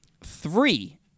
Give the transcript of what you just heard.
Three